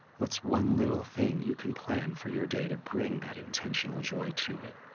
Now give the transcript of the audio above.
what's one little thing you can plan for your day to bring that intentional joy to it?